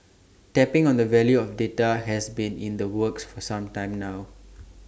tapping on the value of data has been in the works for some time now